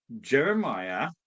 Jeremiah